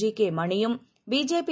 ஜிகேமணியும் BJP